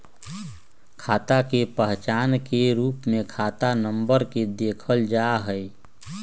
खाता के पहचान के रूप में खाता नम्बर के देखल जा हई